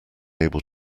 able